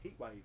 Heatwave